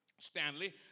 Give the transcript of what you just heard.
Stanley